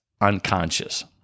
unconscious